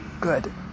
Good